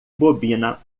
bobina